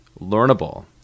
learnable